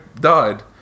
died